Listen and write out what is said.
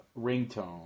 Ringtone